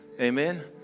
Amen